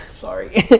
sorry